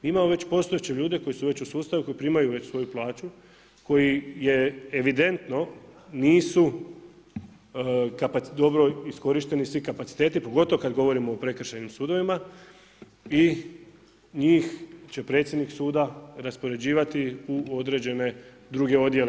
Imamo već postojeće ljude koji su već u sustavu, koji primaju već svoju plaću, koji evidentno nisu dobro iskorišteni kapaciteti pogotovo kad govorimo o Prekršajnim sudovima i njih će predsjednik suda raspoređivati u određene druge odjele.